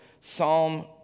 Psalm